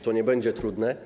To nie będzie trudne.